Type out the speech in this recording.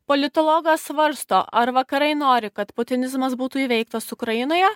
politologas svarsto ar vakarai nori kad putinizmas būtų įveiktas ukrainoje